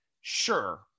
sure